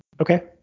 Okay